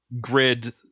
grid